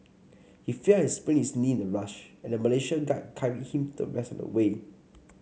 he fell and sprained his knee in the rush and a Malaysian guide carried him the rest of the way